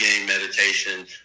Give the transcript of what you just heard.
meditation